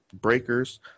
breakers